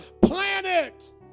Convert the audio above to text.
planet